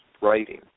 writing